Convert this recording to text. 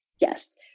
Yes